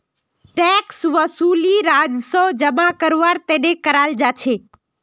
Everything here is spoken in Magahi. टैक्स वसूली राजस्व जमा करवार तने कराल जा छे